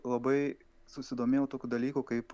labai susidomėjau tokiu dalyku kaip